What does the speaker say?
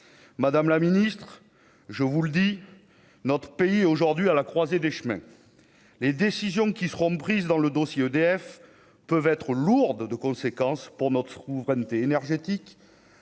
madame la Ministre, je vous le dis, notre pays est aujourd'hui à la croisée des chemins, les décisions qui seront prises dans le dossier EDF peuvent être lourde de conséquences pour notre nt énergétique